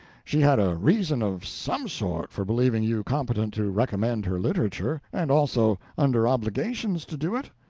she had a reason of some sort for believing you competent to recommend her literature, and also under obligations to do it?